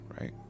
right